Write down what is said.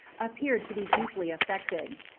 appeared to be deeply affected.